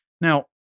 Now